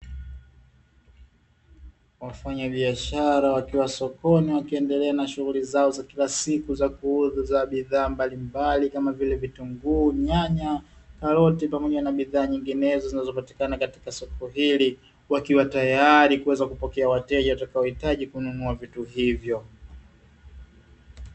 Wafanyabiashara wakiwa sokoni, wakiendelea na shuhuli zao za kila siku za kuuza bidhaa mbalimbali kama vile vitunguu, nyanya, karoti pamoja na bidhaa nyinginezo zinazopatikana katika soko hili, wakiwa tayali kuweza kupokea wateja watakaohitaji kununua vitu hivyo.